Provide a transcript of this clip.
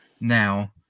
now